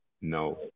No